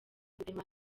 gutema